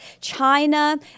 China